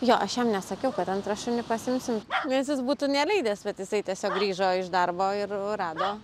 jo aš jam nesakiau kad antrą šunį pasiimsim nes jis būtų neleidęs bet jisai tiesiog grįžo iš darbo ir rado